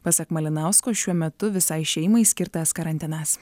pasak malinausko šiuo metu visai šeimai skirtas karantinas